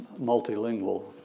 multilingual